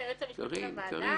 גור,